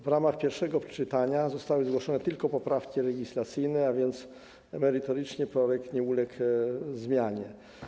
W ramach pierwszego czytania zostały zgłoszone tylko poprawki legislacyjne, a więc merytorycznie projekt nie uległ zmianie.